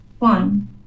One